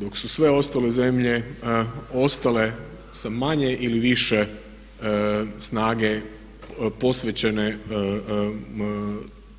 Dok su sve ostale zemlje ostale sa manje ili više snage posvećene